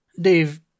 Dave